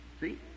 See